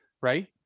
Right